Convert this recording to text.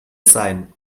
sein